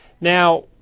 Now